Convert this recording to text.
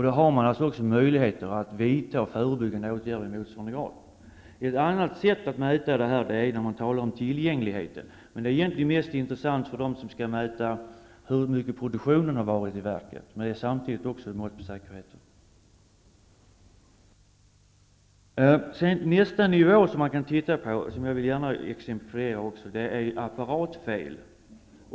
Då har man också möjligheter att vidta förebyggande åtgärder i motsvarande grad. Ett annat sätt att mäta är att beräkna tillgängligheten. Men det är egentligen mest intressant för dem som skall mäta hur stor produktionen i verket har varit. Samtidigt är det ett mått på säkerheten. En annan sak som jag gärna vill exemplifiera är situationer med apparatfel.